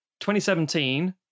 2017